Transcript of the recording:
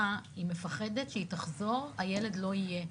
היא מפחדת שהיא תחזור והילד לא יהיה.